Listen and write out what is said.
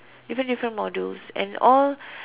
different different modules and all